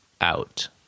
out